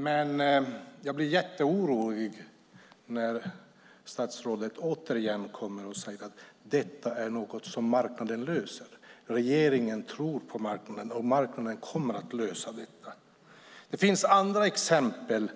Men jag blir mycket orolig när statsrådet återigen säger: Detta är något som marknaden löser - regeringen tror på marknaden, och marknaden kommer att lösa detta. Det finns andra exempel